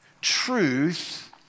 Truth